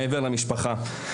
מעבר למשפחה,